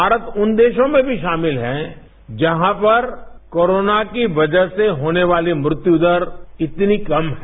भारत उन देशों में भी शामिल है जहां पर कोरोना की वजह से होने वाली मृत्युदर इतनी कम है